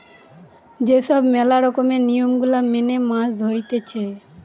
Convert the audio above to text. যে সব ম্যালা রকমের নিয়ম গুলা মেনে মাছ ধরতিছে